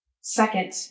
Second